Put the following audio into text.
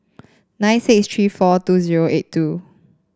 nine six three four two zero eight two